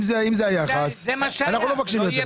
אם זה היחס, אנחנו לא מבקשים יותר.